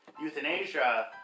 euthanasia